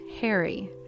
Harry